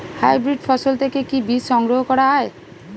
Hybrid ফসল থেকে কি বীজ সংগ্রহ করা য়ায়?